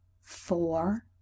four